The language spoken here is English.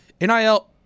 NIL